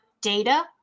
data